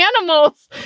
animals